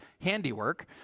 handiwork